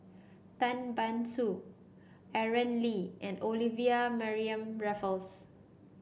Tan Ban Soon Aaron Lee and Olivia Mariamne Raffles